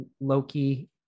Loki